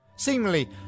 Seemingly